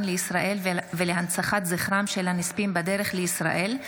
לישראל ולהנצחת זכרם של הנספים בדרך לישראל,